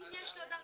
אם יש לו דרכון,